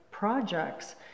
Projects